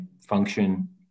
function